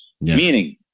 Meaning